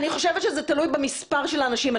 אני חושבת שזה תלוי במספר האנשים.